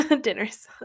dinners